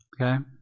okay